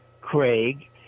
Craig